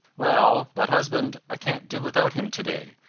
well, but, husband, i can't do without him to-day.